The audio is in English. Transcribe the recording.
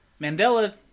Mandela